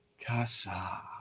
CASA